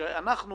אני